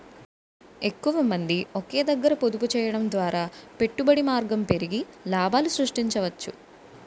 ఎక్కువమంది ఒకే దగ్గర పొదుపు చేయడం ద్వారా పెట్టుబడి మార్గం పెరిగి లాభాలు సృష్టించవచ్చు